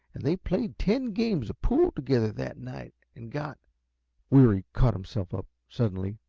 and they played ten games ah pool together that night, and got weary caught himself up suddenly.